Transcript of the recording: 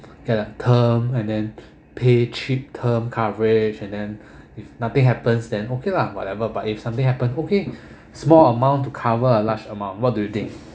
get a term and then pay cheap term coverage and then if nothing happens then okay lah whatever but if something happen okay small amount to cover a large amount what do you think